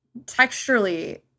texturally